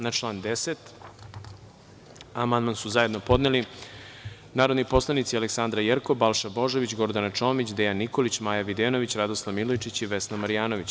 Na član 10. amandman su zajedno podneli narodni poslanici Aleksandra Jerkov, Balša Božović, Gordana Čomić, Dejan Nikolić, Maja Videnović, Radoslav Milojičić i Vesna Marjanović.